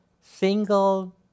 Single